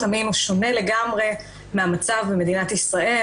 המין הוא שונה לגמרי מהמצב במדינת ישראל,